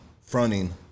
fronting